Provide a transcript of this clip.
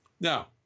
Now